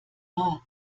der